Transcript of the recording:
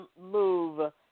move